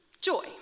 joy